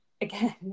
again